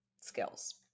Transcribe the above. skills